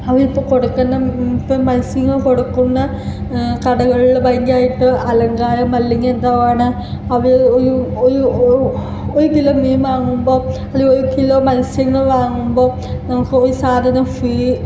അവരിപ്പം കൊടുക്കുന്ന ഇപ്പം മത്സ്യങ്ങൾ കൊടുക്കുന്ന കടകളിൽ ഭയങ്കരമായിട്ട് അലങ്കാരം അല്ലെങ്കിൽ എന്താണ് അവർ ഒരു ഒരു ഒരിക്കലും മീൻ വാങ്ങുമ്പം അത് ഒരു കിലോ മത്സ്യങ്ങൾ വാങ്ങുമ്പോൾ നമുക്കൊരു സാധനം ഫ്രീ